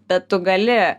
bet tu gali